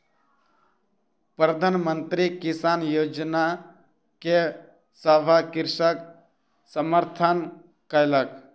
प्रधान मंत्री किसान योजना के सभ कृषक समर्थन कयलक